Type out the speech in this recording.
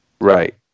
Right